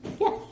Yes